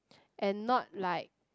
and not like